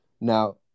Now